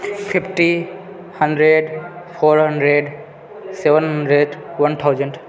fifty hundred four hundred seven hundred one thousand